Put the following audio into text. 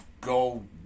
go